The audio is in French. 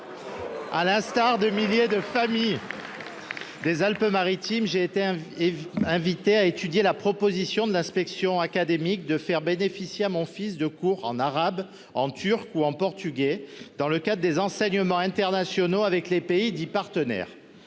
À l'instar de milliers de familles des Alpes-Maritimes, j'ai été invité à étudier la proposition de l'inspection académique de permettre à mon fils de bénéficier de cours en arabe, en turc ou en portugais, dans le cadre des enseignements internationaux avec les pays dits « partenaires